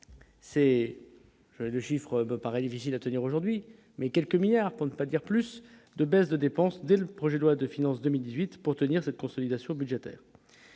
c'est le chiffre me paraît difficile à tenir aujourd'hui mais quelques milliards pour ne pas dire plus de baisses de dépenses dès le projet de loi de finances 2018 pour tenir tenir cette consolidation budgétaire.